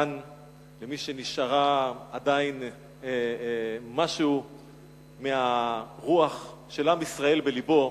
כאן למי שנשאר לו עדיין משהו מהרוח של עם ישראל בלבו.